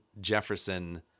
Jefferson